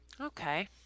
Okay